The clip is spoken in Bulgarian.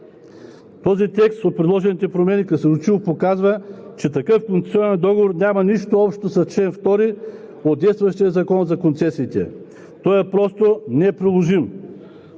Този текст от предложените промени красноречиво показва, че такъв концесионен договор няма нищо общо с чл. 2 от действащия Закон за концесиите. Той е просто неприложим